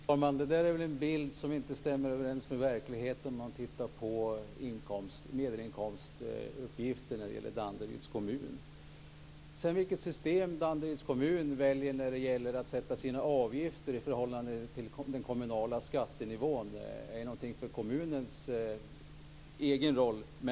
Fru talman! Det där är väl en bild som inte stämmer med verkligheten om man tittar på medelinkomstuppgifter när det gäller Danderyds kommun. Vilket system Danderyds kommun sedan väljer när det gäller att sätta sina avgifter i förhållande till den kommunala skattenivån, det är något som har med kommunens egen roll att göra.